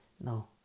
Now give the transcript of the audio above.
No